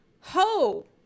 ho